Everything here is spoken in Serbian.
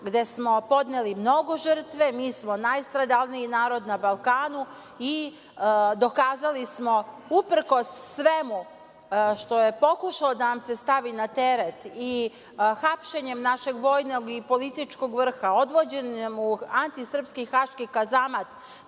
gde smo podneli mnogo žrtava, mi smo najstradalniji narod na Balkanu i dokazali smo uprkos svemu što je pokušano da nam se stavi na teret i hapšenjem našeg vojnog i političkog vrha, odvođenjem u anti-srpski Haški kazamat,